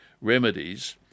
remedies